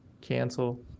cancel